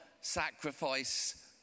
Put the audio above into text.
sacrifice